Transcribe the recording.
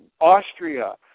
Austria